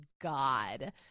god